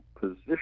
position